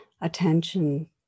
attention